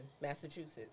Massachusetts